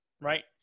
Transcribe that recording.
right